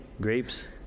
Grapes